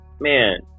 man